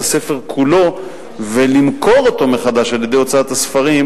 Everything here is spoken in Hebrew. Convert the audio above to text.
הספר כולו ולמכור אותו מחדש על-ידי הוצאת הספרים